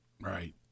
Right